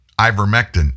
ivermectin